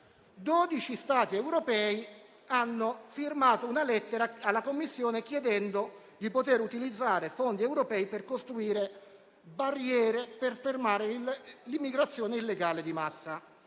Stati europei hanno firmato una lettera chiedendo alla Commissione di poter utilizzare fondi europei per costruire barriere per fermare l'immigrazione illegale di massa.